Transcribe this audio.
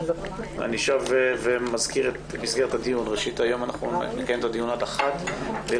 אני שב ומזכיר את מסגרת הדיון: נקיים את הדיון היום עד השעה 13:00 ויהיה